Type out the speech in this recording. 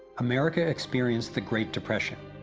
america experienced the great depression.